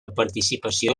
participació